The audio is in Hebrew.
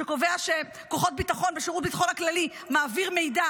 שקובע שכוחות ביטחון בשירות הביטחון הכללי שמעבירים מידע